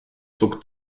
zog